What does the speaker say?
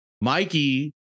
Mikey